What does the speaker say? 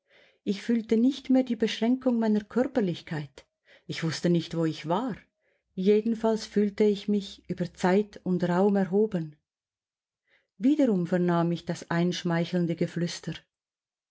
ich fühlte nicht mehr die beschränkung meiner körperlichkeit ich wußte nicht wo ich war jedenfalls fühlte ich mich über zeit und raum erhoben wiederum vernahm ich das einschmeichelnde geflüster